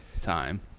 time